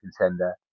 contender